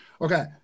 Okay